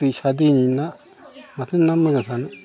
दैसा दैनि ना माथो ना मोजां थानो